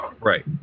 Right